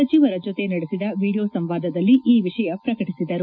ಸಚಿವರ ಜೊತೆ ನಡೆಸಿದ ವಿಡಿಯೋ ಸಂವಾದದಲ್ಲಿ ಈ ವಿಷಯ ಪ್ರಕಟಿಸಿದರು